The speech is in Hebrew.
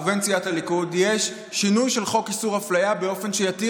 ובין סיעת הליכוד ,יש שינוי של חוק איסור אפליה באופן שיתיר